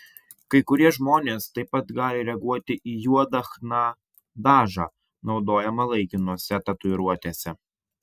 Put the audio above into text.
kai kurie žmonės taip pat gali reaguoti į juodą chna dažą naudojamą laikinose tatuiruotėse